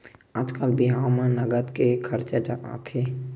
आजकाल बिहाव म नँगत के खरचा आथे